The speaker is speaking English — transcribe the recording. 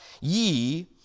ye